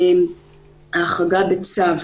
ההחרגה בצו,